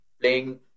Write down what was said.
playing